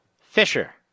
Fisher